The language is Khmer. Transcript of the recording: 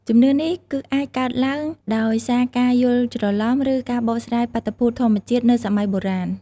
ជំនឿនេះគឺអាចកើតឡើងដោយសារការយល់ច្រឡំ ឬការបកស្រាយបាតុភូតធម្មជាតិនៅសម័យបុរាណ ។